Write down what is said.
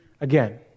again